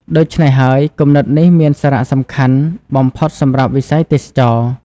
ដូច្នេះហើយ គំនិតនេះមានសារៈសំខាន់បំផុតសម្រាប់វិស័យទេសចរណ៍។